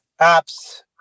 apps